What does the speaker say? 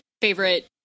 favorite